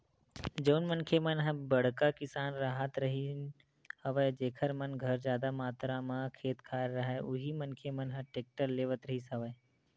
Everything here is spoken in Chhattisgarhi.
जउन मनखे मन ह बड़का किसान राहत रिहिन हवय जेखर मन घर जादा मातरा म खेत खार राहय उही मनखे मन ह टेक्टर लेवत रिहिन हवय